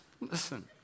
listen